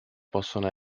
possono